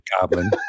goblin